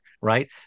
right